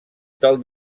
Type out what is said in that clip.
del